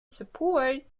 support